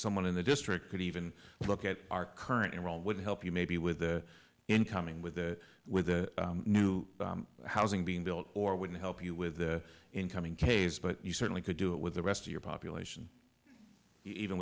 someone in the district could even look at our current role would help you maybe with the incoming with the with the new housing being built or wouldn't help you with the incoming case but you certainly could do it with the rest of your population even